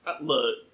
look